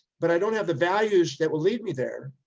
but i don't have the values that will lead me there.